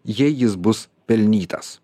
jei jis bus pelnytas